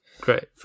Great